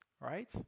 right